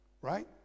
right